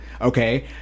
Okay